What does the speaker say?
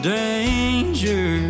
danger